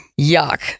Yuck